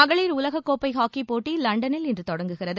மகளிர் உலக கோப்பை ஹாக்கி போட்டி லண்டனில் இன்று தொடங்குகிறது